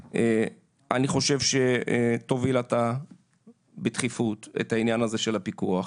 אני חושב שאתה תוביל בדחיפות את העניין הזה של הפיקוח.